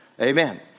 Amen